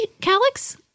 Calix